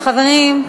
חברים.